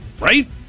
right